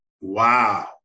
Wow